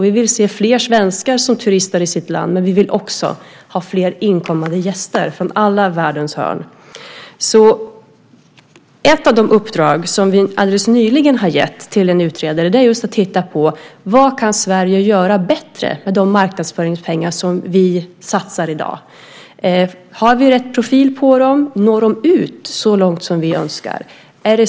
Vi vill se fler svenskar som turistar i eget land, men vi vill också ha fler inkommande gäster från alla världens hörn. Ett av de uppdrag som vi alldeles nyligen har gett till en utredare är just att se på vad Sverige kan göra bättre med de marknadsföringspengar som vi satsar i dag. Har vi rätt profil? Når marknadsföringen ut så långt som vi önskar?